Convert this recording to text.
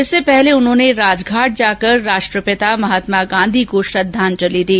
इससे पहले उन्होंने राजघाट जाकर राष्ट्रपिता महात्मा गांधी को श्रद्वांजलि दी